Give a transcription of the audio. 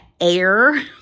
air